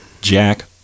Jack